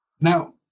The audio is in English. now